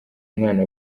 mwana